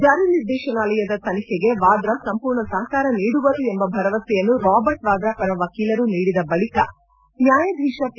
ಜಾರಿ ನಿರ್ದೇಶನಾಲಯದ ತನಿಖೆಗೆ ವಾದ್ರಾ ಸಂಪೂರ್ಣ ಸಹಕಾರ ನೀಡುವರು ಎಂಬ ಭರವಸೆಯನ್ನು ರಾಬರ್ಟ್ ವಾದ್ರಾ ಪರ ವಕೀಲರು ನೀಡಿದ ಬಳಿಕ ನ್ಯಾಯಾಧೀಶ ಪಿ